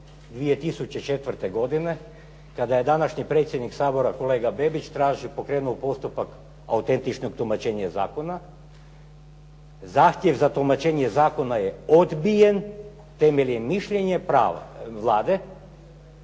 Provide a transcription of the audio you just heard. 2004. godine kada je današnji predsjednik Sabora kolega Bebić tražio, pokrenuo postupak autentičnog tumačenja zakona. Zahtjev za tumačenje zakona je odbijen temeljem mišljenja prava Vlade,